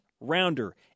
rounder